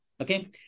Okay